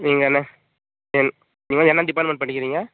நீங்கள் என்ன நீங்கள் என்ன டிபார்ட்மென்ட் படிக்கிறீங்க